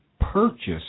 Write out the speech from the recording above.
purchase